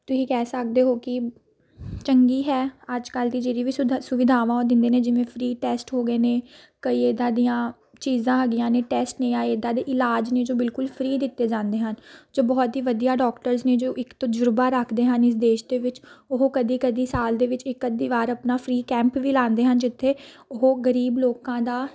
ਤੁਸੀਂ ਕਹਿ ਸਕਦੇ ਹੋ ਕਿ ਚੰਗੀ ਹੈ ਅੱਜ ਕੱਲ੍ਹ ਦੀ ਜਿਹੜੀ ਵੀ ਸੁਧਾ ਸੁਵਿਧਾਵਾਂ ਉਹ ਦਿੰਦੇ ਨੇ ਜਿਵੇਂ ਫਰੀ ਟੈਸਟ ਹੋ ਗਏ ਨੇ ਕਈ ਇੱਦਾਂ ਦੀਆਂ ਚੀਜ਼ਾਂ ਹੈਗੀਆਂ ਨੇ ਟੈਸਟ ਨੇ ਜਾਂ ਇੱਦਾਂ ਦੇ ਇਲਾਜ ਨੇ ਜੋ ਬਿਲਕੁਲ ਫਰੀ ਦਿੱਤੇ ਜਾਂਦੇ ਹਨ ਜੋ ਬਹੁਤ ਹੀ ਵਧੀਆ ਡੋਕਟਰਸ ਨੇ ਜੋ ਇੱਕ ਤਜਰਬਾ ਰੱਖਦੇ ਹਨ ਇਸ ਦੇਸ਼ ਦੇ ਵਿੱਚ ਉਹ ਕਦੇ ਕਦੇ ਸਾਲ ਦੇ ਵਿੱਚ ਇੱਕ ਅੱਧੀ ਵਾਰ ਆਪਣਾ ਫਰੀ ਕੈਂਪ ਵੀ ਲਾਉਂਦੇ ਹਨ ਜਿੱਥੇ ਉਹ ਗਰੀਬ ਲੋਕਾਂ ਦਾ